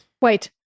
wait